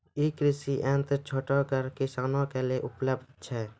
ई कृषि यंत्र छोटगर किसानक लेल उपलव्ध छै?